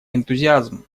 энтузиазм